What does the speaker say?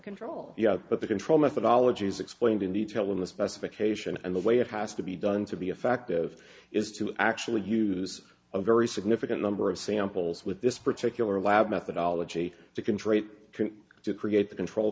control you but the control methodology is explained in detail in the specification and the way it has to be done to be affective is to actually use a very significant number of samples with this particular lab methodology to control it can create the control